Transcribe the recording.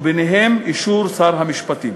וביניהם אישור שר המשפטים.